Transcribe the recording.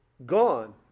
Gone